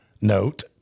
note